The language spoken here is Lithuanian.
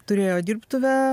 turėjo dirbtuvę